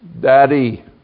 Daddy